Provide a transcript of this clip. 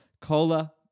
Cola